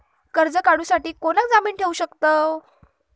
कर्ज काढूसाठी कोणाक जामीन ठेवू शकतव?